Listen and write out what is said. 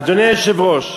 אדוני היושב-ראש,